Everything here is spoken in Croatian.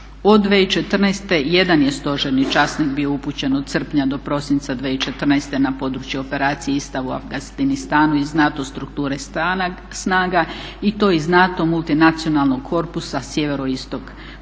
Od 2014. jedan je stožerni časnik bio upućen od srpnja do prosinca 2014. na područje operacije …/Govornica se ne razumije./… u Afganistanu iz NATO strukture snaga i to iz NATO multinacionalnog korpusa sjeveroistok koji